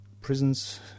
prisons